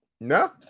No